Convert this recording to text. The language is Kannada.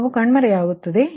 ಹಾಗೆ ಇದು ರದ್ದಾಗುತ್ತದೆ